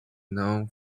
known